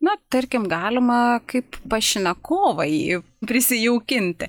na tarkim galima kaip pašnekovą jį prisijaukinti